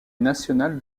national